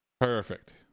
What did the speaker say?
Perfect